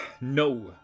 no